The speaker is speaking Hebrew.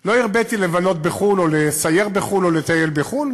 לא הרביתי לבלות בחו"ל או לסייר בחו"ל או לטייל בחו"ל,